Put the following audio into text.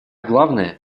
главное